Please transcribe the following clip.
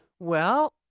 well,